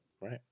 Right